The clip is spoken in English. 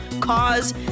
Cause